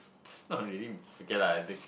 not really okay lah I think